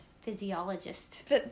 physiologist